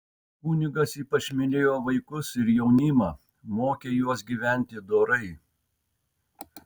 kunigas ypač mylėjo vaikus ir jaunimą mokė juos gyventi dorai